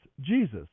Jesus